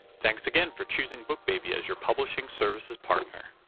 thanks again for choosing bookbaby as your publishing services partner.